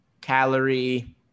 calorie